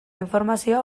informazio